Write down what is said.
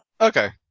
Okay